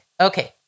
Okay